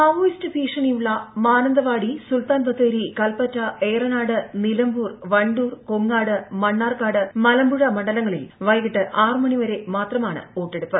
Maoist ഭീഷണിയുള്ള മാനന്തവാടി സുൽത്താൻ ബത്തേരി കൽപ്പറ്റ ഏറനാട് നിലമ്പൂർ വണ്ടൂർ കൊങ്ങാട് മണ്ണാർക്കാട് മലമ്പുഴ മണ്ഡലങ്ങളിൽ വൈകിട്ട് ആറുമണിവരെ മാത്രമാണ് വോട്ടെടുപ്പ്